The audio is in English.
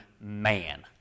man